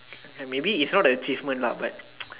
and maybe is not the achievement lah but